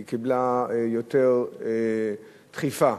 היא קיבלה יותר דחיפה